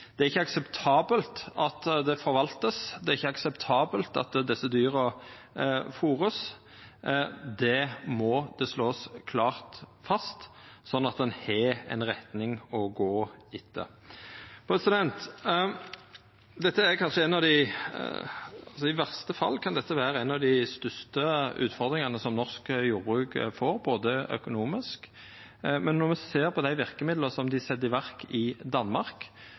Det er ikkje akseptabelt at det vert forvalta, det er ikkje akseptabelt at desse dyra vert fôra. Det må ein slå klart fast, slik at ein har ei retning å gå etter. I verste fall kan dette vera ei av dei største økonomiske utfordringane norsk jordbruk får, og når me ser på dei verkemidla som dei set i verk i Danmark,